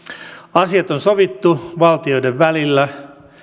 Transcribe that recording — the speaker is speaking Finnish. asiat on sovittu valtioiden välillä